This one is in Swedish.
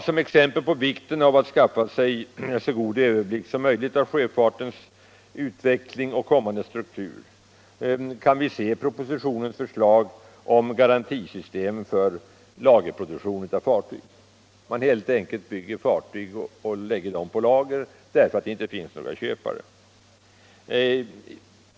Som exempel på vikten av att skaffa sig en så god överblick som möjligt av sjöfartens utveckling och kommande struktur kan man se propositionens förslag om garantisystem för lagerproduktion av fartyg, där det byggs fartyg som helt enkelt läggs på lager därför att det inte finns några köpare.